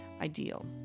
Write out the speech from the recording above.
ideal